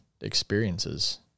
experiences